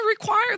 require